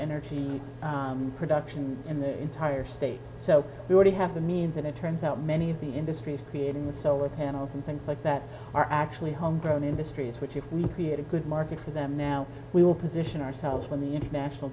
energy production in the entire state so we already have the means and it turns out many of the industries creating the solar panels and things like that are actually home grown industries which if we create a good market for them now we will position ourselves when the international